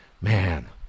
man